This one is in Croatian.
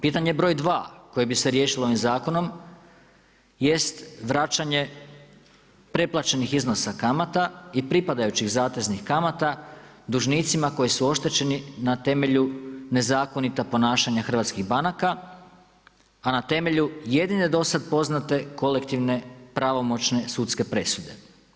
Pitanje broj dva koje bi se riješilo ovim zakonom jest vraćanje preplaćenih iznosa kamata i pripadajućih zateznih kamata dužnicima koji su oštećeni na temelju nezakonita ponašanja hrvatskih banaka, a na temelju jedine do sada poznate kolektivne pravomoćne sudske presude.